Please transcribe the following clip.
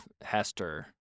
Hester